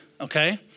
okay